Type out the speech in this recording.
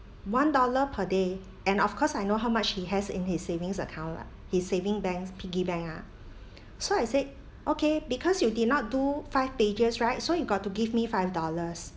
one dollar per day and of course I know how much he has in his savings account lah he's saving banks piggy bank ah so I said okay because you did not do five pages right so you got to give me five dollars